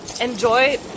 enjoy